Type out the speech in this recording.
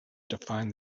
define